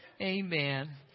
Amen